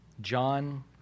John